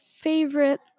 favorite